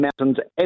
mountains